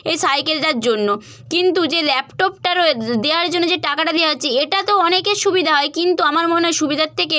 এই সাইকেলটার জন্য কিন্তু যে ল্যাপটপটা রয়ে দেওয়ার জন্য যে টাকাটা দেওয়া হচ্ছে এটা তো অনেকের সুবিধা হয় কিন্তু আমার মনে হয় সুবিধার থেকে